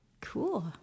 Cool